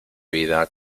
vida